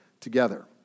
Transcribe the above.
together